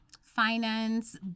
finance